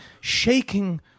shaking